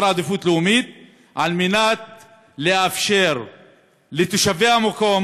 עדיפות לאומית על מנת לאפשר לתושבי המקום